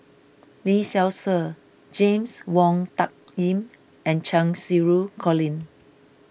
Lee Seow Ser James Wong Tuck Yim and Cheng Xinru Colin